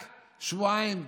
לא חשוב מרצח של אזרחים,